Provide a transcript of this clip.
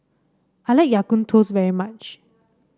I like Ya Kun Kaya Toast very much